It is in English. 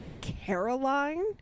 Caroline